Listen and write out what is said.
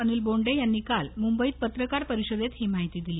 अनिल बोंडे यांनी काल मुंबईत पत्रकार परिषदेत ही माहिती दिली